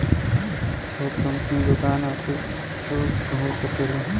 छोट कंपनी दुकान आफिस कुच्छो हो सकेला